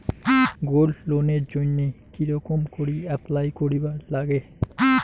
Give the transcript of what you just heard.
Gold লোনের জইন্যে কি রকম করি অ্যাপ্লাই করিবার লাগে?